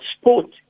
sport